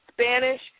Spanish